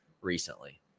recently